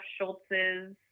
Schultz's